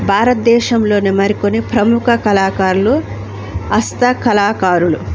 భారతదేశంలోనే మరికొన్ని ప్రముఖ కళాకారులు హస్త కళాకారులు